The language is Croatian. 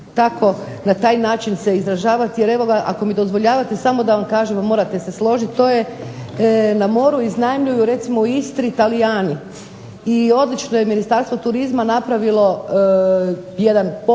tako na taj način se izražavati jer ako mi dozvoljavate samo da vam kažem, morate se složiti, na moru iznajmljuju recimo u Istri Talijani i odlično je Ministarstvo turizma napravilo jedan pokus,